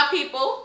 people